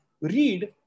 read